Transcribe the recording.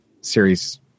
series